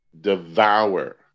devour